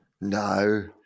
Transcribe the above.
No